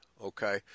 okay